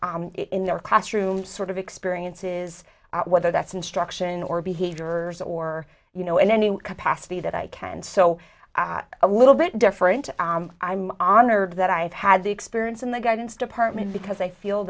in their classroom sort of experiences whether that's instruction or behavior or you know in any capacity that i can so a little bit different i'm honored that i've had the experience in the guidance department because they feel